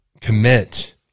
commit